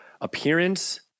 appearance